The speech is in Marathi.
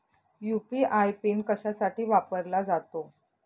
यू.पी.आय पिन कशासाठी वापरला जातो?